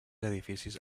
edificis